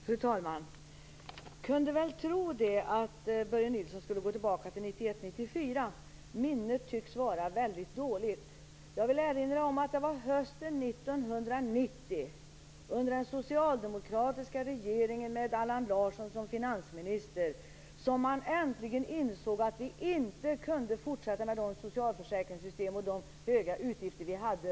Fru talman! Jag kunde väl tro att Börje Nilsson skulle gå tillbaka till perioden 1991-1994. Minnet tycks vara väldigt dåligt. Jag vill erinra om att det var hösten 1990, under den socialdemokratiska regeringen med Allan Larsson som finansminister, som man äntligen insåg att vi inte kunde fortsätta med de socialförsäkringssystem och de höga utgifter vi hade.